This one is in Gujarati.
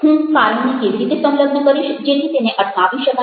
હું કારણ ને કેવી રીતે સંલગ્ન કરીશ જેથી તેને અટકાવી શકાય